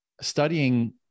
studying